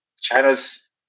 China's